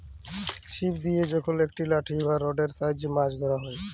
ছিপ দিয়ে যখল একট লাঠি বা রডের সাহায্যে মাছ ধ্যরা হ্যয়